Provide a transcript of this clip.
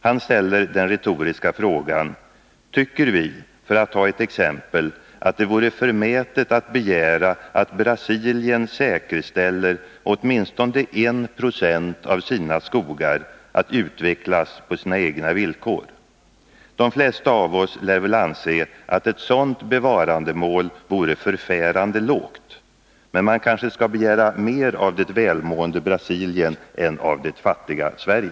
Han ställer den retoriska frågan: ”Tycker vi, för att ta ett exempel, att det vore förmätet att begära att Brasilien säkerställer åtminstonde 1 96 av sina skogar att utvecklas på sina egna villkor? De flesta av oss lär väl anse att ett sådant bevarandemål vore förfärande lågt. Men man skall kanske begära mer av det välmående Brasilien än av det fattiga Sverige?”